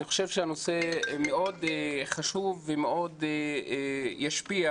אני חושב שהנושא מאוד חשוב ומאוד ישפיע